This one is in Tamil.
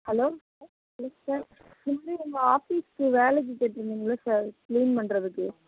ஹலோ சார் ஹலோ சார் இதுமாதிரி உங்கள் ஆஃபீஸ்சுக்கு வேலைக்கு கேட்டிருந்திங்கள்ல சார் க்ளீன் பண்ணுறதுக்கு